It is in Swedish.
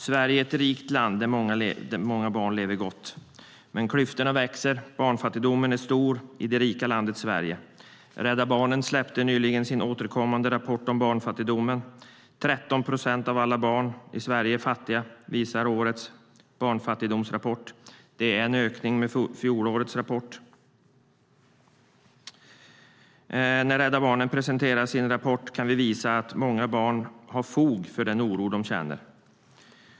Sverige är ett rikt land där många barn lever gott. Men klyftorna växer. Barnfattigdomen är stor i det rika landet Sverige. Rädda Barnen släppte nyligen sin återkommande rapport om barnfattigdomen. 13 procent av alla barn i Sverige är fattiga visar årets barnfattigdomsrapport. Det är en ökning jämfört med fjolårets rapport. När Rädda Barnen presenterar sin rapport kan vi visa att många barn har fog för den oro som de känner.